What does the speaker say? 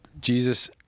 Jesus